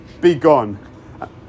Begone